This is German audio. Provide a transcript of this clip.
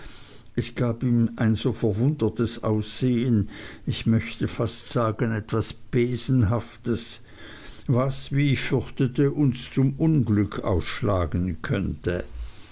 es gab ihm ein so verwundertes aussehen ich möchte fast sagen etwas besenhaftes was wie ich fürchtete uns zum unglück ausschlagen könnte